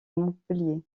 montpellier